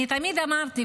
אני תמיד אומרת,